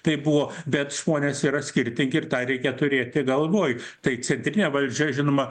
taip buvo bet žmonės yra skirtingi ir tą reikia turėti galvoj tai centrinė valdžia žinoma